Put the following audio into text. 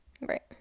Right